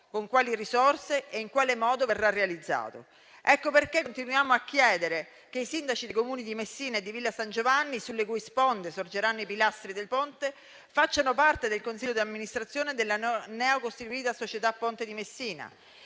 con quali risorse e in quale modo verrà realizzato. Per questo continuiamo a chiedere che i sindaci dei Comuni di Messina e di Villa San Giovanni, sulle cui sponde sorgeranno i pilastri del Ponte, facciano parte del consiglio di amministrazione della neocostituita società Stretto di Messina